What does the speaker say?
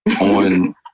on